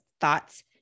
thoughts